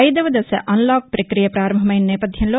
ఐదవ దశ అన్లాక్ పక్రియ పారంభమైన నేపథ్యంలో